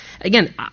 Again